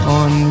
on